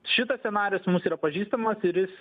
šitas scenarijus mums yra pažįstamas ir jis